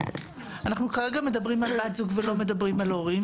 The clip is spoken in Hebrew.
אנחנו כרגע מדברים על בת זוג ולא מדברים על הורים.